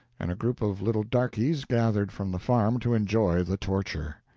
and a group of little darkies gathered from the farm to enjoy the torture.